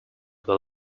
were